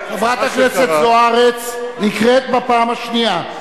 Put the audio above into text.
ומה שקרה, חברת הכנסת זוארץ נקראת בפעם השנייה.